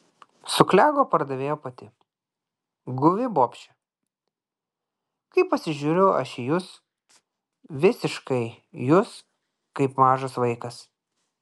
suklego pardavėjo pati guvi bobšė kai pasižiūriu aš į jus visiškai jūs kaip mažas vaikas